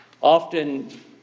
Often